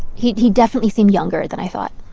he he definitely seemed younger than i thought.